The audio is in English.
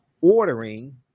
ordering